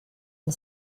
and